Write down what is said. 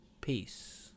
Peace